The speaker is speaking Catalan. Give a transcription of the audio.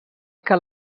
que